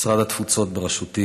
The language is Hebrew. משרד התפוצות בראשותי